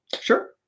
sure